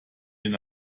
den